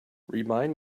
remind